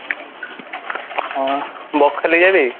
বকখালি যাবি